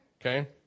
okay